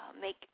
make